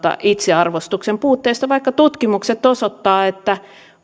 itsearvostuksen puutteesta vaikka tutkimukset osoittavat että